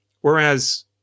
Whereas